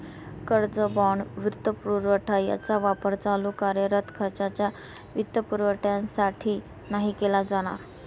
कर्ज, बाँड, वित्तपुरवठा यांचा वापर चालू कार्यरत खर्चाच्या वित्तपुरवठ्यासाठी नाही केला जाणार